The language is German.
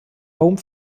home